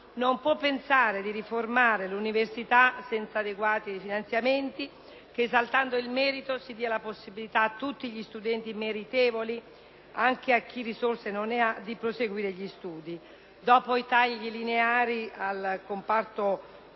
non puopensare di riformare l’universita senza adeguati finanziamenti che, esaltando il merito, diano la possibilitaa tutti gli studenti meritevoli, anche a coloro che non hanno le risorse, di proseguire gli studi. Dopo i tagli lineari al comparto